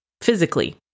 physically